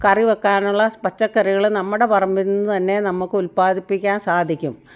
കറിവെക്കാനുള്ള പച്ചക്കറികൾ നമ്മുടെ പറമ്പിൽനിന്ന് തന്നെ നമുക്ക് ഉൽപാദിപ്പിക്കാൻ സാധിക്കും